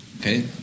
okay